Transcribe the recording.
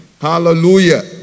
Hallelujah